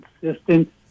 consistent